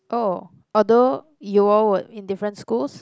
oh although you all were in different schools